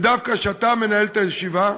ודווקא כשאתה מנהל את הישיבה,